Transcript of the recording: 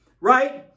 Right